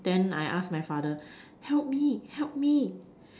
then I ask my father help me help me